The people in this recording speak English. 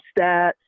stats